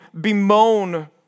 bemoan